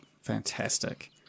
fantastic